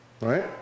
right